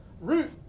root